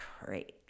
great